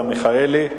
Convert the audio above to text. כפי שאמרתי,